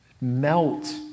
melt